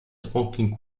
smoking